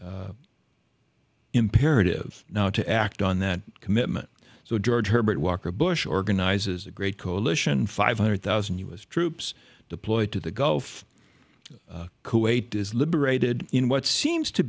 this imperative now to act on that commitment so george herbert walker bush organizes a great coalition five hundred thousand u s troops deployed to the gulf kuwait is liberated in what seems to